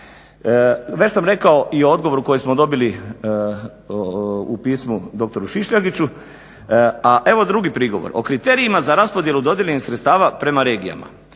Već sam rekao i o odgovoru koji smo dobili u pismu dr. Šišljagiću, a evo drugi prigovor. O kriterijima za raspodjelu dodijeljenih sredstava prema regijama